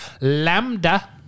Lambda